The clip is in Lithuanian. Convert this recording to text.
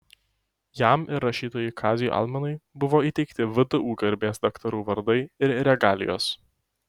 jam ir rašytojui kaziui almenui buvo įteikti vdu garbės daktarų vardai ir regalijos